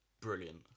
brilliant